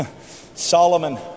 Solomon